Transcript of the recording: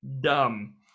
dumb